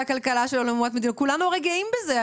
הרי כולנו גאים בזה,